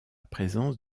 présence